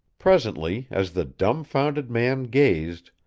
presently, as the dumbfounded man gazed,